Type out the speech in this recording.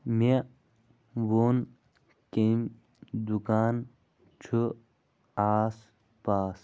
مےٚ ووٚن کٔمۍ دُکان چھُ آس پاس